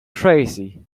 crazy